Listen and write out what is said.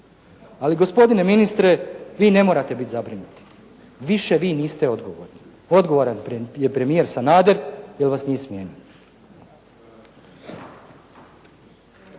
Ali gospodine ministre vi ne morate biti zabrinuti, više vi niste odgovorni. Odgovoran je premijer Sanader, jer vas nije smijenio.